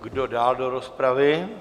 Kdo dál do rozpravy?